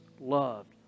loved